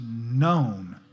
known